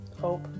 hope